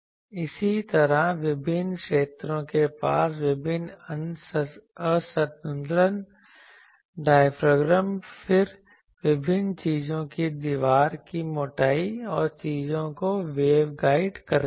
इसी तरह विभिन्न क्षेत्रों के पास विभिन्न असंतुलन डायाफ्राम फिर विभिन्न चीजों की दीवार की मोटाई और चीजों को वेव गाइड करते हैं